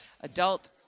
adult